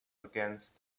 against